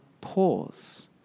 pause